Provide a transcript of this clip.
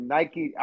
Nike